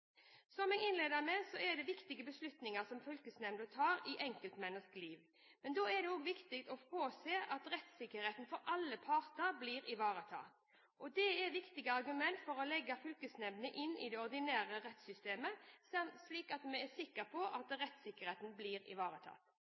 Som jeg innledet med, er det viktige beslutninger som fylkesnemndene tar i enkeltmenneskers liv. Men da er det også viktig å påse at rettssikkerheten for alle parter blir ivaretatt. Dette er viktige argumenter for å legge fylkesnemndene inn i det ordinære rettssystemet, slik at vi er sikre på at rettssikkerheten blir ivaretatt.